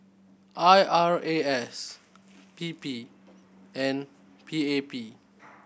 I R A S P P and P A P